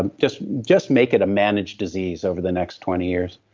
and just just make it a managed disease over the next twenty years,